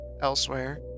elsewhere